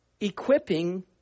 equipping